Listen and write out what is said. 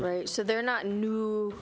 right so they're not a new